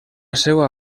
seua